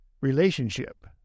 relationship